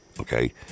Okay